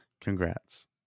Congrats